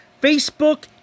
Facebook